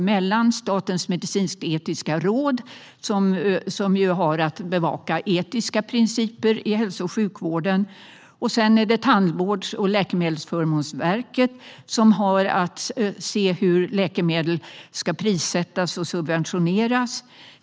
Vi har Statens medicinsk-etiska råd, som har att bevaka etiska principer i hälso och sjukvården. Vi har Tandvårds och läkemedelsförmånsverket, som har att se hur läkemedel ska prissättas och subventioneras.